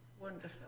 Wonderful